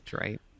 right